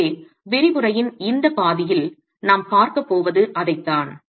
எனவே விரிவுரையின் இந்த பாதியில் நாம் பார்க்கப் போவது அதைத்தான்